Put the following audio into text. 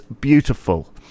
beautiful